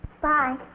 Bye